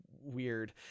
weird